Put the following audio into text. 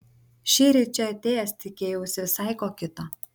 šįryt čia atėjęs tikėjausi visai ko kito